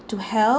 to health